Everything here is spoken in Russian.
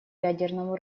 ядерному